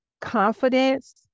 confidence